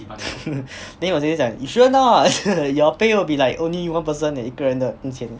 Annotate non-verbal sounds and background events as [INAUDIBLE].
[LAUGHS] then 我直接讲 you sure or not your pay will only be like one person eh 一个人的工钱诶